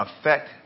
Affect